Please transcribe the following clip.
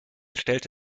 stellte